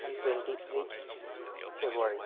and twenty eight February